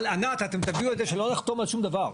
אבל עינת, אתם תגיעו לזה שלא נחתום על שום דבר.